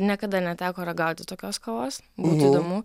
niekada neteko ragauti tokios kavos būtų įdomu